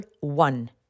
one